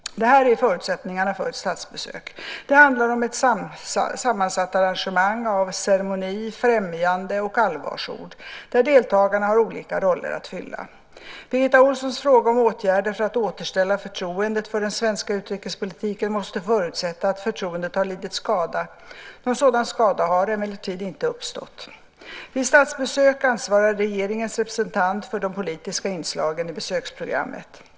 Detta är förutsättningarna för ett statsbesök. Det handlar om ett sammansatt arrangemang av ceremoni, främjande och allvarsord, där deltagarna har olika roller att fylla. Birgitta Ohlssons fråga om åtgärder för att återställa förtroendet för den svenska utrikespolitiken måste förutsätta att förtroendet har lidit skada. Någon sådan skada har emellertid inte uppstått. Vid statsbesök ansvarar regeringens representant för de politiska inslagen i besöksprogrammet.